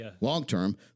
long-term